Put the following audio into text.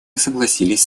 согласились